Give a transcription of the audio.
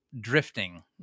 drifting